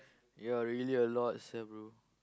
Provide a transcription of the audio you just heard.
ya really a lot sia bro